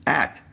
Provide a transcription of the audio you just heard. act